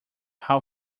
how